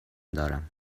دارم